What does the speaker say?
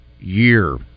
year